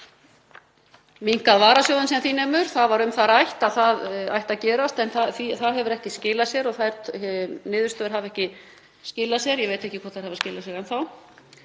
minnkað varasjóðinn sem því nemur. Það var rætt um að það ætti að gerast en það hefur ekki skilað sér. Þær niðurstöður hafa ekki skilað sér. Ég veit ekki hvort þær hafa skilað sér enn þá,